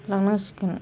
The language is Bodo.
लांनांसिगोन